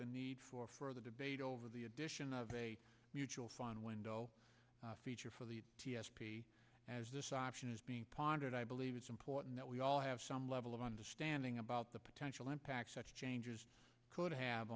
the need for further debate over the addition of a mutual fund window feature for the t s p as this option is being pondered i believe it's important that we all have some level of understanding about the potential impact such changes could have